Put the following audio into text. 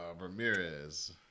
Ramirez